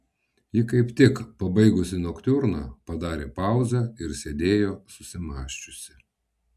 ji kaip tik pabaigusi noktiurną padarė pauzę ir sėdėjo susimąsčiusi